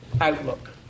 outlook